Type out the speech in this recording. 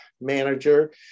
manager